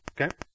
Okay